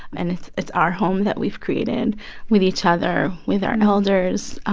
and it's it's our home that we've created with each other, with our and elders,